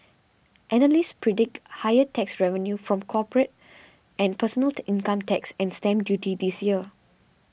analysts predict higher tax revenue from corporate and personal income tax and stamp duty this year